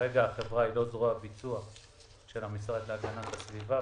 כרגע החברה היא לא זרוע ביצוע של המשרד להגנת הסביבה.